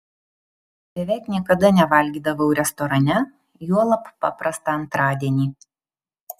beveik niekada nevalgydavau restorane juolab paprastą antradienį